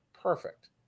perfect